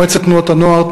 מועצת תנועות הנוער,